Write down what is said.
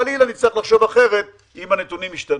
חלילה, נצטרך לחשוב אחרת אם הנתונים ישתנו.